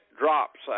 drops